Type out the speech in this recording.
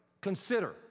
Consider